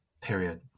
Period